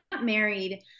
married